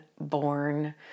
born